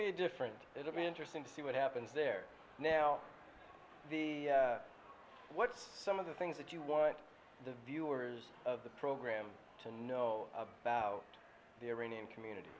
be different it will be interesting to see what happens there now the what's some of the things that you want the viewers of the program to know about the iranian community